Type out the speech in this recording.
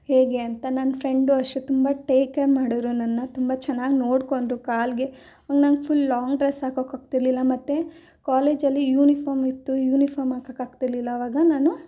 ಹೇಗೆ ಅಂತ ನನ್ನ ಫ್ರೆಂಡೂ ಅಷ್ಟೇ ತುಂಬ ಟೇಕ್ ಕೇರ್ ಮಾಡಿದ್ರು ನನ್ನ ತುಂಬ ಚೆನ್ನಾಗಿ ನೋಡಿಕೊಂಡ್ರು ಕಾಲಿಗೆ ಅವಾಗ ನಂಗೆ ಫುಲ್ ಲಾಂಗ್ ಡ್ರಸ್ ಹಾಕೋಕ್ಕಾಗ್ತಿರಲಿಲ್ಲ ಮತ್ತೆ ಕಾಲೇಜಲ್ಲಿ ಯೂನಿಫಾಮ್ ಇತ್ತು ಯೂನಿಫಾಮ್ ಹಾಕೋಕ್ಕಾಗ್ತಿರ್ಲಿಲ್ಲ ಅವಾಗ ನಾನು